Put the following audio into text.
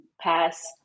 pass